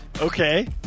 Okay